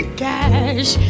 cash